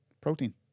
protein